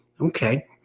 Okay